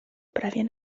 prawie